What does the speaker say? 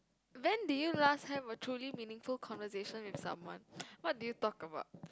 when did you last have a truly meaningful conversation with someone what did you talk about